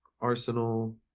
Arsenal